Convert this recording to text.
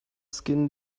skin